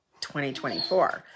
2024